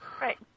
Right